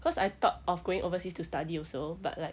cause I thought of going overseas to study also but like